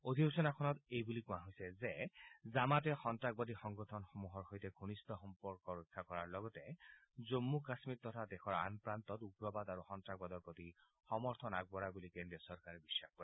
অধিসূচনাখনত এই বুলি কোৱা হৈছে যে জামাতে সন্তাসবাদী সংগঠনসমূহৰ সৈতে ঘনিষ্ঠ সম্পৰ্ক ৰক্ষা কৰাৰ লগতে জম্ম কাম্মীৰৰ লগতে দেশৰ আন প্ৰান্তৰ উগ্ৰবাদ আৰু সন্ত্ৰাসবাদৰ প্ৰতি সমৰ্থন আগবঢ়াই বুলি কেন্দ্ৰীয় চৰকাৰে বিশ্বাস কৰে